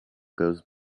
goes